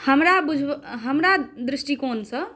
हमरा दृष्टिकोणसँ